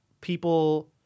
people